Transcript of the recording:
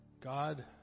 God